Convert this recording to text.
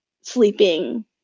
sleeping